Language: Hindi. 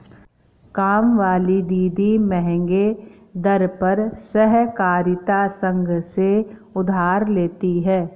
कामवाली दीदी महंगे दर पर सहकारिता संघ से उधार लेती है